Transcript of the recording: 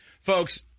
Folks